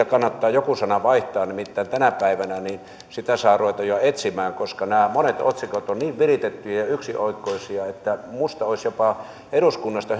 kannattaa joku sana vaihtaa nimittäin tänä päivänä sitä saa ruveta jo etsimään koska nämä monet otsikot ovat niin viritettyjä ja yksioikoisia että minusta olisi jopa eduskunnasta